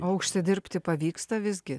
o užsidirbti pavyksta visgi